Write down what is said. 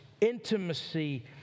intimacy